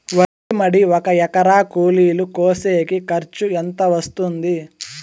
వరి మడి ఒక ఎకరా కూలీలు కోసేకి ఖర్చు ఎంత వస్తుంది?